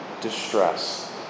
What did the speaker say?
distress